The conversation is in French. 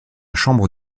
chambre